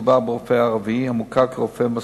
מדובר ברופא ערבי המוכר כרופא מסור.